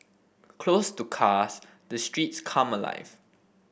closed to cars the streets come alive